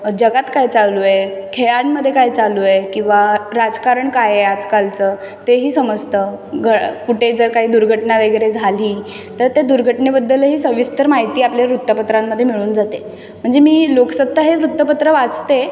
जगात काय चालू आहे खेळांमध्ये काय चालू आहे किंवा राजकारण काय आहे आजकालचं तेही समजतं घ कुठे जर काही दुर्घटना वगैरे झाली तर ते दुर्घटनेबद्दलही सविस्तर माहिती आपल्या वृत्तपत्रांमध्ये मिळून जाते म्हणजे मी लोकसत्ता हे वृत्तपत्र वाचते